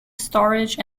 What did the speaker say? storage